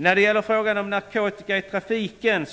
När det gäller frågan om narkotika i trafiken